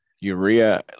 urea